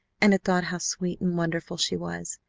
and had thought how sweet and wonderful she was,